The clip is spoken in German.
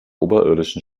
oberirdischen